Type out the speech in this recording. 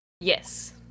Yes